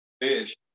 fish